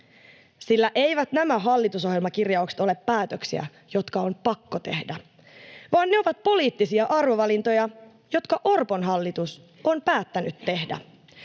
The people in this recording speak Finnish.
eivät nämä hallitusohjelmakirjaukset ole päätöksiä, jotka on pakko tehdä, vaan ne ovat poliittisia arvovalintoja, jotka Orpon hallitus on päättänyt tehdä,